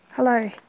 Hello